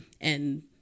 And-